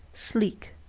sleek.